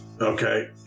Okay